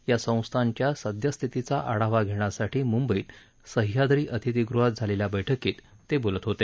या संस्थाच्या सद्यस्थितीचा आढावा घेण्यासाठी मुंबईत सह्याद्री अतिथिगृहात झालेल्या बैठकीत ते बोलत होते